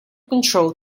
control